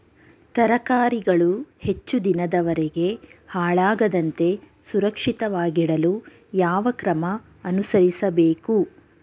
ತರಕಾರಿಗಳು ಹೆಚ್ಚು ದಿನದವರೆಗೆ ಹಾಳಾಗದಂತೆ ಸುರಕ್ಷಿತವಾಗಿಡಲು ಯಾವ ಕ್ರಮ ಅನುಸರಿಸಬೇಕು?